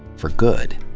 for good.